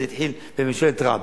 זה התחיל בממשלת רבין.